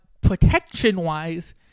protection-wise